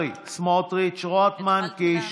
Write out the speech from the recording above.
שלמה קרעי, בצלאל סמוטריץ', שמחה רוטמן, יואב קיש